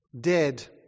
Dead